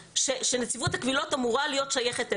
שנציבות הקבילות אמורה להיות שייכת אליו.